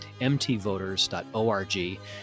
mtvoters.org